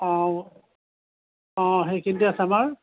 অঁ অঁ সেইখিনিতে আছে আমাৰ